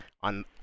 on